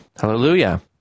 Hallelujah